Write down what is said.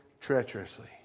treacherously